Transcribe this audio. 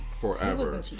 forever